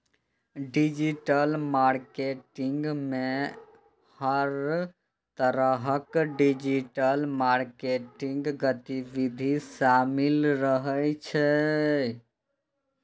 digital marketing मे हर तरहक डिजिटल मार्केटिंग गतिविधि शामिल रहै छै